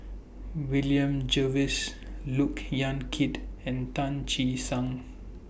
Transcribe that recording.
William Jervois Look Yan Kit and Tan Che Sang